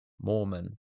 Mormon